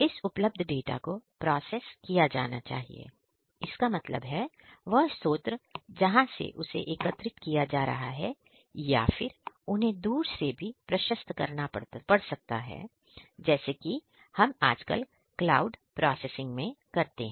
इस उपलब्ध डाटा को प्रोसेस किया जाना चाहिए इसका मतलब है वह स्त्रोत्र जहां से उन्हें एकत्र किया जा रहा है या फिर उन्हें दूर से भी प्रशस्त करना पड़ सकता है जैसे कि हम आजकल क्लाउड में प्रोसेसिंग करते हैं